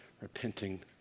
repenting